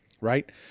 right